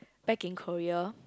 back in Korea